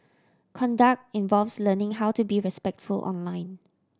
conduct involves learning how to be respectful online